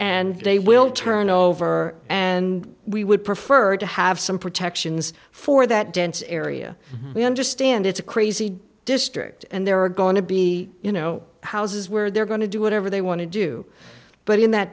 and they will turn over and we would prefer to have some protections for that dense area we understand it's a crazy district and there are going to be you know houses where they're going to do whatever they want to do but in that